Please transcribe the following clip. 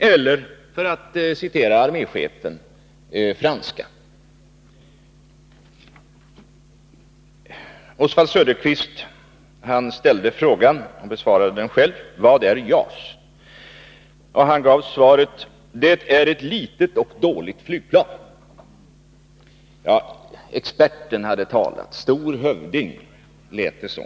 Arméchefen kan tänka sig amerikanska eller franska plan. Oswald Söderqvist ställde frågan: Vad är JAS? Han besvarade den själv: Ett litet och dåligt flygplan påstod han. Experten har talat! Stor hövding, lät det som.